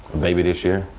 baby this year.